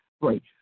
Right